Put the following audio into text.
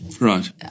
Right